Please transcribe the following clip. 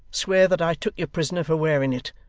swear that i took you prisoner for wearing it.